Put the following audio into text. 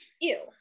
Ew